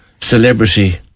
Celebrity